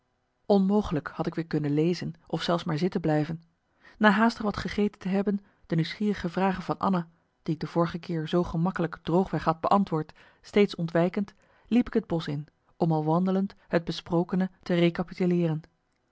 onmogelijk had ik weer kunnen lezen of zelfs maar zitten blijven na haastig wat gegeten te hebben de nieuwsgierige vragen van anna die ik de vorige marcellus emants een nagelaten bekentenis keer zoo gemakkelijk droogweg had beantwoord steeds ontwijkend liep ik het bosch in om al wandelend het bespokene te